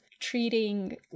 treating